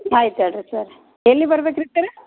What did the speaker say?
ಆಯ್ತು ಅಲ್ಲಿ ರೀ ಸರ್ ಎಲ್ಲಿ ಬರ್ಬೆಕು ರೀ ಸರ್